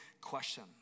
question